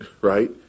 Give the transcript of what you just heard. right